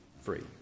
free